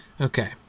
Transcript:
Okay